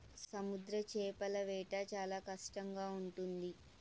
సముద్ర చేపల వేట చాలా కష్టంగా ఉంటుంది